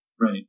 right